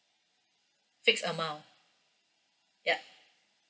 fixed amount yup